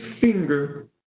finger